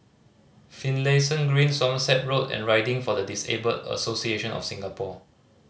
Finlayson Green Somerset Road and Riding for the Disabled Association of Singapore